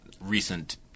recent